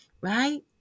Right